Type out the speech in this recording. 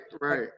right